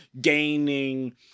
gaining